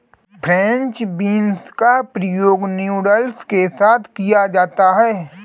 French beans का प्रयोग noodles के साथ किया जाता है